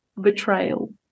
betrayal